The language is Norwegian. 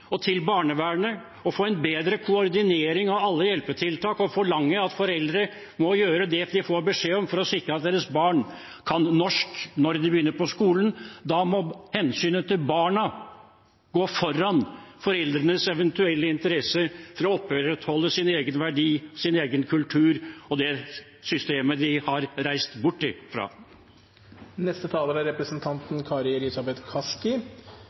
til barnehagene og barnevernet og få en bedre koordinering av alle hjelpetiltakene og forlange at foreldre må gjøre det de får beskjed om, for å sikre at deres barn kan norsk når de begynner på skolen. Da må hensynet til barna gå foran foreldrenes eventuelle interesse for å opprettholde sine egne verdier, sin egen kultur og det systemet de har reist bort